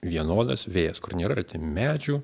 vienodas vėjas kur nėra medžių